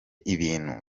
ibintu